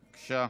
בבקשה.